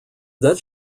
that